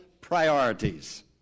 priorities